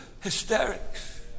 hysterics